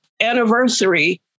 anniversary